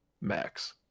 max